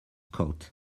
caught